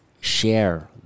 share